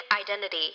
identity